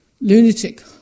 lunatic